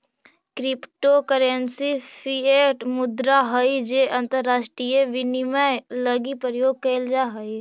crypto currency fiat मुद्रा हइ जे अंतरराष्ट्रीय विनिमय लगी प्रयोग कैल जा हइ